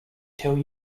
tell